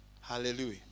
Hallelujah